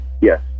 yes